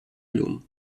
llum